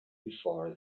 before